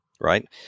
right